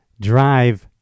drive